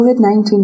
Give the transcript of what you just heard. COVID-19